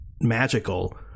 magical